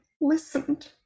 listened